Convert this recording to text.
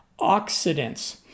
oxidants